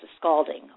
scalding